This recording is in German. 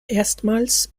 erstmals